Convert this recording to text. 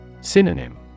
Synonym